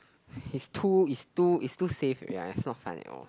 is too is too is too safe ya is not fun at all